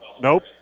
Nope